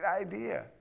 idea